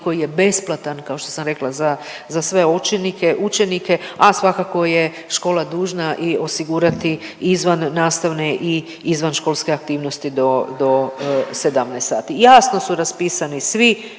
koji je besplatan kao što sam rekla za sve učenike, učenike, a svakako je škola dužna i osigurati izvannastavne i izvanškolske aktivnosti do, do 17 sati. Jasno su raspisani svi